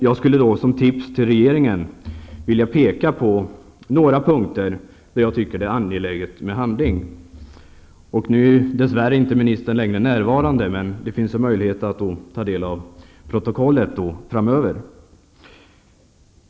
Jag skulle då som tips till regeringen vilja påpeka några punkter där jag tycker att det är angeläget med handling. Dess värre är inte ministern längre närvarande, men det finns ju möjlighet att ta del av protokollet.